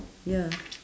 ya